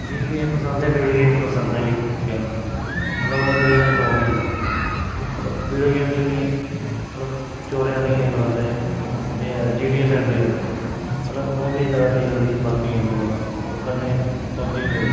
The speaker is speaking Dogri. मिगी एह् पसन्द ऐ विडियो गेम्स पसंद ऐ मी खेलना मतलब ओह्दे च में बोर नि होन्ना मतलब विडियो गेम च मल्लब मी मतलब चोरें आह्ली गेम पसंद ऐ एह् ऐ जी टी एस एन्ड्रियल मतलब ओह् मी ज्यादा स्हेई लगदी बाकी गेमें कोला कन्नै पबजी बी लगदी